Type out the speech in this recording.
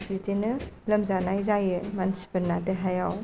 बिदिनो लोमजानाय जायो मानसिफोरना देहायाव